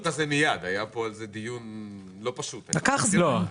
לא כזה מיד, היה פה דיון לא פשוט על זה.